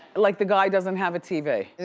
like the guy doesn't have a tv.